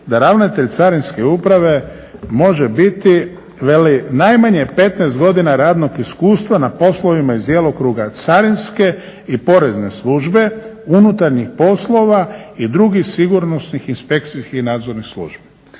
da ravnatelj Carinske uprave može biti veli najmanje 15 godina radnog iskustva na poslovima iz djelokruga carinske i porezne službe, unutarnjih poslova i drugih sigurnosnih inspekcijskih nadzornih službi.